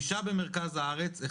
5 במרכז הארץ,